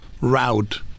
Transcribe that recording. route